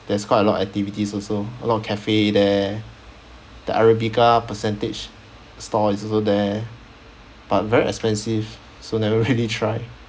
there's quite a lot activities also a lot of cafe there the arabica percentage store is also there but very expensive so never really try